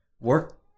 work